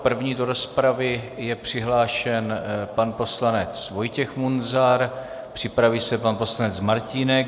První do rozpravy je přihlášen pan poslanec Vojtěch Munzar, připraví se pan poslanec Martínek.